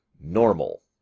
normal